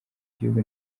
gihugu